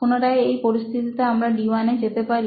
পুনরায় এই পরিস্থিতিতে আমার D1 এ যেতে পারি